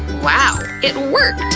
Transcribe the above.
wow! it worked!